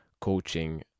coaching